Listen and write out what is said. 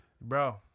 bro